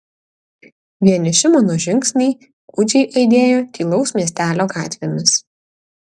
vieniši mano žingsniai gūdžiai aidėjo tylaus miestelio gatvėmis